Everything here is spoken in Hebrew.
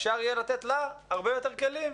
אפשר יהיה לתת לה הרבה יותר כלים.